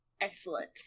Excellent